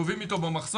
קובעים איתו במחסום,